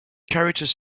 characters